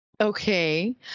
Okay